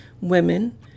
women